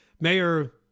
Mayor